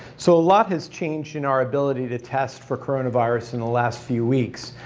so a lot has changed in our ability to test for coronavirus in the last few weeks.